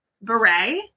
beret